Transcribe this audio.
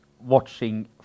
watching